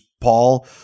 Paul